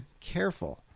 careful